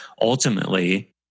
Ultimately